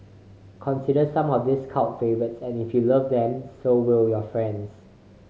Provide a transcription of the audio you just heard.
consider some of these cult favourites and if you love them so will your friends